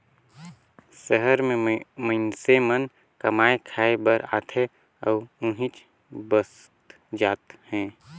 सहर में मईनसे मन कमाए खाये बर आथे अउ उहींच बसत जात हें